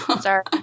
sorry